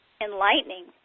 enlightening